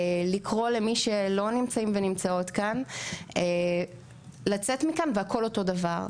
לקרוא למי שלא נמצאים ונמצאות כאן לצאת מכאן והכל אותו דבר.